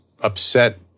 upset